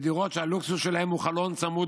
בדירות שהלוקסוס שלהן הוא חלון צמוד